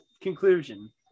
conclusion